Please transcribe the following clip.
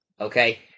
Okay